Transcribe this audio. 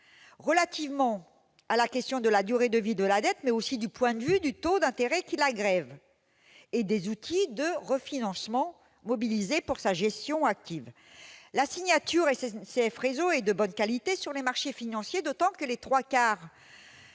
l'État, qu'il s'agisse de la durée de vie de la dette, mais aussi du taux d'intérêt qui la grève et des outils de refinancement mobilisés pour sa gestion active. La signature de SNCF Réseau est de bonne qualité sur les marchés financiers, d'autant que les trois quarts